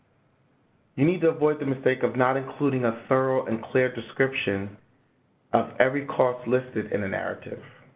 you need to avoid the mistake of not including a thorough and clear description of every cost listed in the narrative.